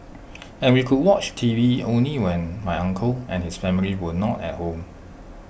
and we could watch TV only when my uncle and his family were not at home